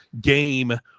game